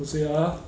还有谁啊